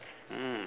mm